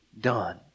done